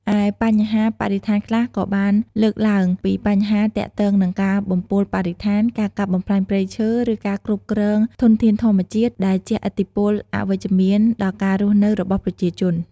ឯបញ្ហាបរិស្ថានខ្លះក៏បានលើកឡើងពីបញ្ហាទាក់ទងនឹងការបំពុលបរិស្ថាន ការកាប់បំផ្លាញព្រៃឈើ ឬការគ្រប់គ្រងធនធានធម្មជាតិ ដែលជះឥទ្ធិពលអវិជ្ជមានដល់ការស់នៅរបស់ប្រជាជន ។